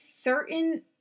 certain